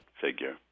figure